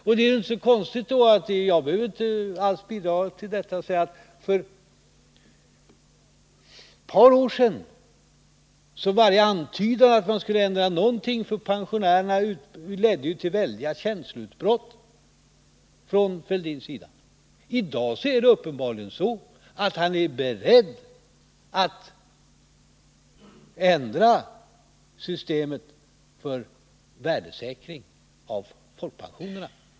För ett par år sedan var det så att varje antydan om att man skulle ändra någonting för pensionärerna ledde till väldiga känsloutbrott från Thorbjörn Fälldins sida. I dag är han uppenbarligen beredd att ändra systemet för värdesäkring av folkpensionerna.